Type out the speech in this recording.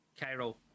Cairo